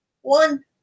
One